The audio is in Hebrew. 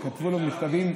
שכתבו לו מכתבים,